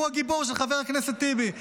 הוא הגיבור של חבר הכנסת טיבי,